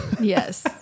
Yes